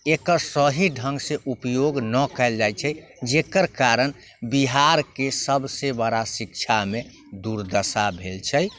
एकर सही ढङ्गसँ उपयोग नहि कएल जाइ छै जकर कारण बिहारके सबसँ बड़ा शिक्षामे दुर्दशा भेल छै